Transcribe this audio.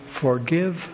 forgive